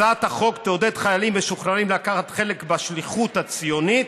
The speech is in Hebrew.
הצעת החוק תעודד חיילים משוחררים לקחת חלק בשליחות הציונית,